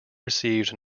received